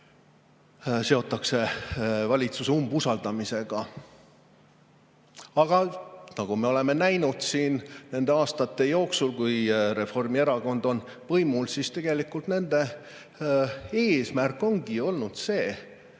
eelnõud valitsuse umbusaldamisega. Aga nagu me oleme näinud nende aastate jooksul, kui Reformierakond on võimul, tegelikult nende eesmärk ongi olnud see,